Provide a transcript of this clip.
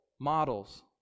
models